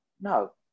no